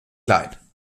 klein